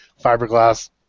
fiberglass